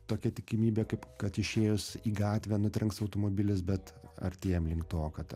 tokia tikimybė kaip kad išėjus į gatvę nutrenks automobilis bet artėjam link to kad